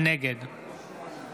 נגד